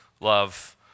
love